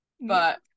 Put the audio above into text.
but-